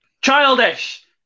Childish